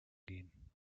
gehen